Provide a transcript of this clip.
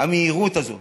המהירות הזאת